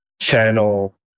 channel